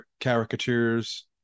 caricatures